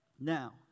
Now